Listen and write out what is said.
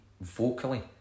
vocally